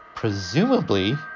Presumably